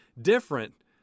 different